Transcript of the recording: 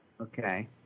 okay